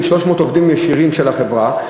300 עובדים ישירים של החברה.